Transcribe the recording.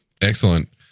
Excellent